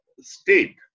state